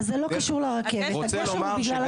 אז זה לא קשור לרכבת, הגשר הוא בגלל הכביש.